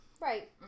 Right